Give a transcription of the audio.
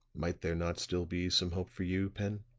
might there not still be some hope for you, pen?